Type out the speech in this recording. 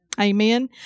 Amen